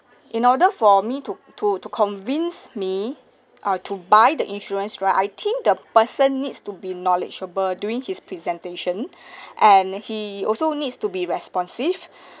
in order for me to to to convince me uh to buy the insurance right I think the person needs to be knowledgeable during his presentation and he also needs to be responsive